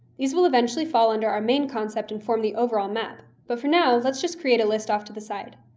these will eventually fall under our main concept and form the overall map, but for now, let's just create a list off to the side.